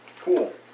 Cool